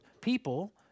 people